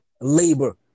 labor